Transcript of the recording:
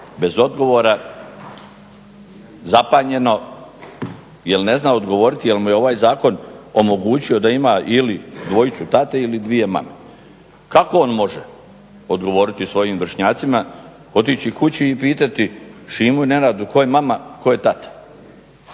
bez odgovora, zapanjeno jer ne zna odgovoriti jel mu je ovaj zakon omogućio da ima ili dvojicu tate ili dvije mame. Kako on može odgovoriti svojim vršnjacima, otići kući i pitati Šimu i Nenada tko je mama, tko je tata.